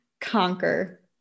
conquer